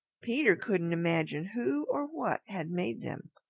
peter couldn't imagine who or what had made them.